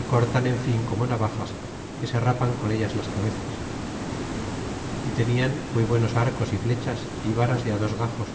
é cortan en fin como navajas que se rapan con ellas las cabezas y tenian muy buenos arcos y flechas y varas de dos gajos